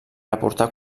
aportar